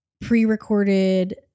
pre-recorded